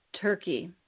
Turkey